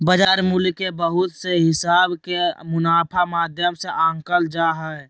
बाजार मूल्य के बहुत से हिसाब के मुनाफा माध्यम से आंकल जा हय